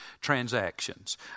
transactions